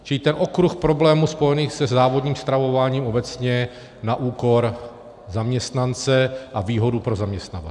Čili ten okruh problémů spojených se závodním stravováním obecně na úkor zaměstnance a výhodu pro zaměstnavatele.